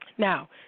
Now